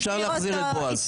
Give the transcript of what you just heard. אפשר להחזיר את בועז.